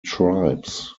tribes